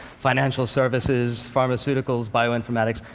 financial services, pharmaceuticals, bioinformatics,